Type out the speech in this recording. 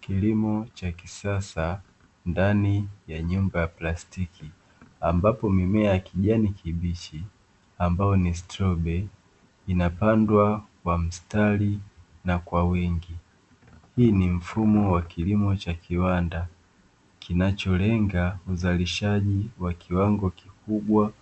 Kilimo cha kisasa ndani ya nyumba ya plastiki ambapo mimiea ya kijani kibichi ambayo ni strobeli, inapandwa kwa mstari na kwa wingi hii ni mfumo wa kilimo cha kiwanda kinacholenga uzalishaji wa kiwango kikubwa